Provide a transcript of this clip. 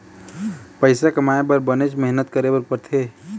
पइसा कमाए बर बनेच मेहनत करे बर पड़थे